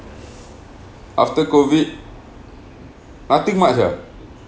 after COVID nothing much ah